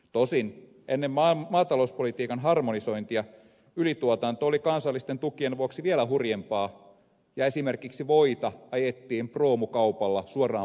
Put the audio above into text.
tosin ennen maatalouspolitiikan harmonisointia ylituotanto oli kansallisten tukien vuoksi vielä hurjempaa ja esimerkiksi voita ajettiin proomukaupalla suoraan pohjanmereen